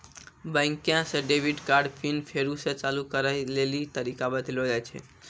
बैंके से debit card PIN फेरु से चालू करै लेली तरीका बतैलो जाय छै